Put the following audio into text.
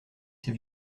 ces